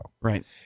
Right